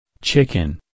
Chicken